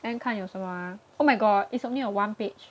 then 看有什么啊 oh my god it's only a one page